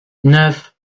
neuf